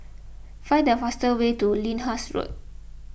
find the fastest way to Lyndhurst Road